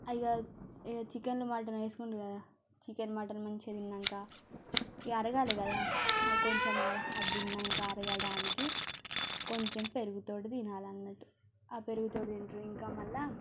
అయిగాద్ చికెన్లు మటన్లు వేసుకునుడు కదా చికెన్ మటన్ మంచిగా తిన్నాక ఇక అరగాలి కదా ఆ కొంచెం అరహ అది తిన్నాక అరగడానికి కొంచెం పెరుగుతో తినాలి అన్నట్టు ఆ పెరుగుతో తింటారు ఇంకా మళ్ళీ